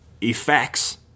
effects